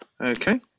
Okay